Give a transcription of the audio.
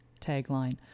tagline